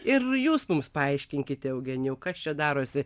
ir jūs mums paaiškinkite eugenijau kas čia darosi